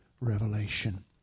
revelation